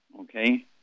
okay